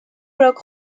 blocs